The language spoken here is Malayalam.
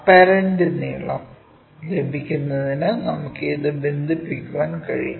അപ്പരെന്റ് നീളം ലഭിക്കുന്നതിന് നമുക്ക് ഇത് ബന്ധിപ്പിക്കാൻ കഴിയും